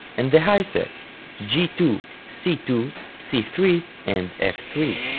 and the high set g two, c two, c three, and f three.